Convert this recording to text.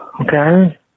Okay